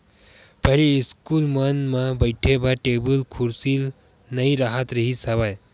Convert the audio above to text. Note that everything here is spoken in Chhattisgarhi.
पहिली इस्कूल मन म बइठे बर टेबुल कुरसी नइ राहत रिहिस हवय